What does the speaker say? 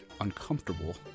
uncomfortable